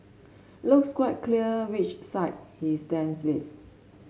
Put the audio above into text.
looks quite clear which side he stands with